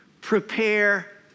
prepare